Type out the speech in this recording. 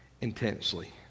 intensely